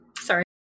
Sorry